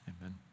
Amen